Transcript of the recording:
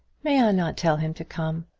may i not tell him to come,